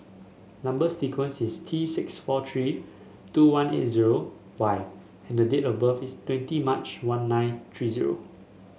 number sequence is T six four three two one eight zero Y and the date of birth is twenty March one nine three zero